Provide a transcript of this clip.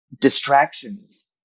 distractions